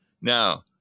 Now